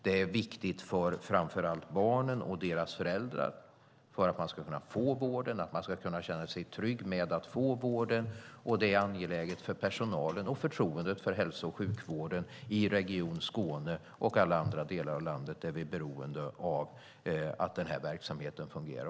Det är viktigt för framför allt barnen och deras föräldrar, så att de får vård och kan känna sig trygga med att få vården. Det är angeläget för personalen och för förtroendet för hälso och sjukvården i Region Skåne och alla andra delar av landet där vi är beroende av att verksamheten fungerar.